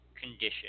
condition